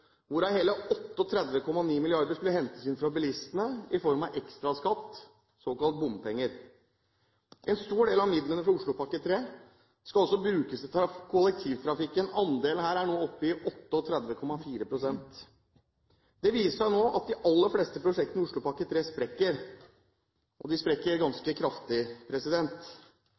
hvorav hele 38,9 mrd. kr skulle hentes inn fra bilistene i form av ekstraskatt, såkalte bompenger. En stor del av midlene fra Oslopakke 3 skal også brukes til kollektivtrafikken. Andelen her er nå oppe i 38,4 pst. Det viser seg nå at de aller fleste prosjektene i Oslopakke 3 sprekker, og de sprekker ganske kraftig.